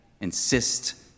insist